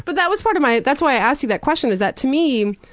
but that was part of my that's why i asked you that question is that, to me,